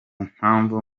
mpamvu